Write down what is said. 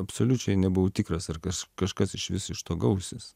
absoliučiai nebuvau tikras ar kažkas išvis iš to gausis